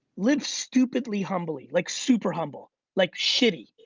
live stupidly, humbly, like super humble, like shitty.